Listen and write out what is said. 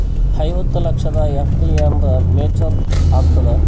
ಐವತ್ತು ಲಕ್ಷದ ಎಫ್.ಡಿ ಎಂದ ಮೇಚುರ್ ಆಗತದ?